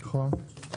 נכון.